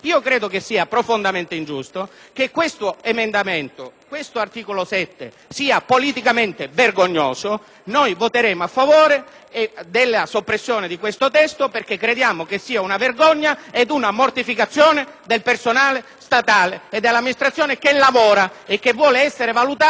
questo articolo 7 sia politicamente vergognoso. Voteremo pertanto a favore della soppressione di questa norma, perché crediamo che sia una vergogna ed una mortificazione del personale statale e dell'amministrazione che lavora e che vuole essere valutata per ciò che fa, non per quello che dicono le organizzazioni sindacali.